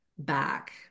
back